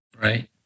Right